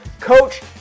coach